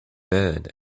bed